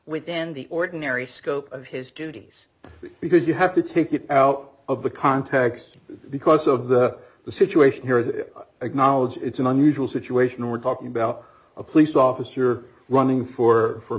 within the ordinary scope of his duties because you have to take it out of the context because of the the situation here acknowledge it's an unusual situation we're talking about a police officer running for for